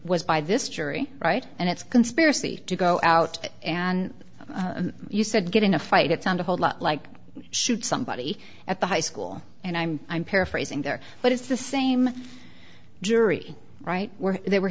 was by this jury right and it's conspiracy to go out and you said get in a fight it's not a whole lot like shoot somebody at the high school and i'm i'm paraphrasing but it's the same jury right where they were